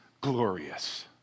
glorious